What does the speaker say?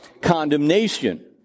condemnation